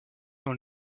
dans